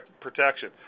protection